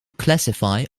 classify